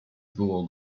było